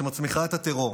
שמצמיחה את הטרור.